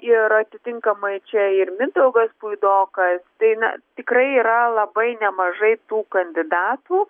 ir atitinkamai čia ir mindaugas puidokas tai na tikrai yra labai nemažai tų kandidatų